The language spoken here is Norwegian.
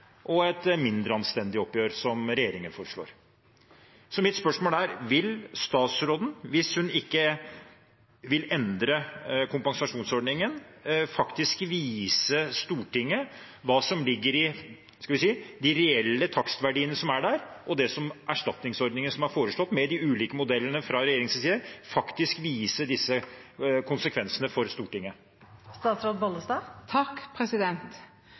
og et mindre anstendig oppgjør, som regjeringen foreslår. Mitt spørsmål er: Vil statsråden, hvis hun ikke vil endre kompensasjonsordningen, faktisk vise Stortinget hva som ligger i de reelle takstverdiene som er der, og det som er erstatningsordningen som er foreslått med de ulike modellene fra regjeringens side? Vil hun faktisk vise disse konsekvensene for Stortinget?